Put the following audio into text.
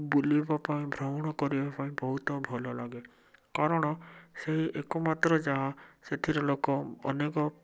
ବୁଲିବା ପାଇଁ ଭ୍ରମଣ କରିବା ପାଇଁ ବହୁତ ଭଲ ଲାଗେ କାରଣ ସେହି ଏକ ମାତ୍ର ଜାଗା ସେଥିରେ ଲୋକ ଅନେକ